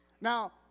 Now